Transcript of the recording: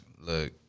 Look